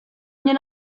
mnie